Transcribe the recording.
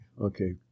Okay